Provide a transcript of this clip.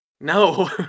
No